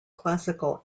classical